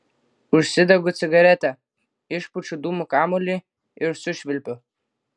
užsidegu cigaretę išpučiu dūmų kamuolį ir sušvilpiu